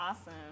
awesome